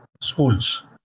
schools